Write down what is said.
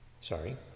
sorry